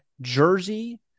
Jersey